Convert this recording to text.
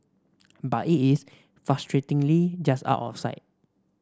but it is frustratingly just out of sight